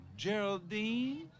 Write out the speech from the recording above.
Geraldine